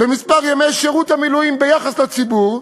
במספר ימי שירות המילואים ביחס לציבור,